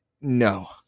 no